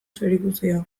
zerikusia